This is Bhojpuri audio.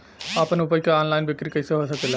आपन उपज क ऑनलाइन बिक्री कइसे हो सकेला?